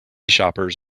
shoppers